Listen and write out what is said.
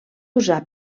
usar